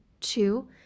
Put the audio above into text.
Two